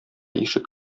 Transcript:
ишек